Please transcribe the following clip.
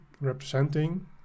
representing